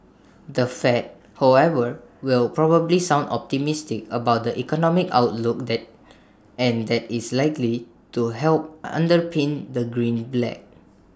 the fed however will probably sound optimistic about the economic outlook that and that is likely to help underpin the greenback